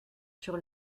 sur